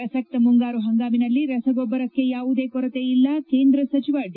ಪ್ರಸಕ್ತ ಮುಂಗಾರು ಹಂಗಾಮಿನಲ್ಲಿ ರಸಗೊಬ್ಬರಕ್ಕೆ ಯಾವುದೇ ಕೊರತೆ ಇಲ್ಲ ಕೇಂದ್ರ ಸಚಿವ ಡಿ